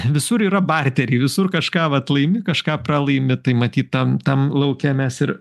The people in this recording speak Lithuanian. visur yra barteriai visur kažką vat laimi kažką pralaimi tai matyt tam tam lauke mes ir